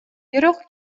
бирок